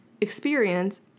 experience